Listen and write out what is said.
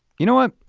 you know what,